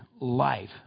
life